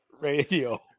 Radio